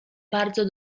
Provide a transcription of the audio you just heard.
bardzo